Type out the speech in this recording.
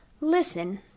listen